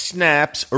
Snap's